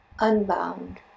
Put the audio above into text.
unbound